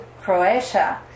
Croatia